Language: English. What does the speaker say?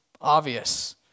obvious